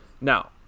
Now